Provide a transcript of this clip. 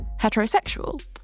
heterosexual